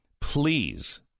Please